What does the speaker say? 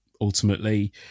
ultimately